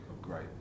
Great